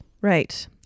Right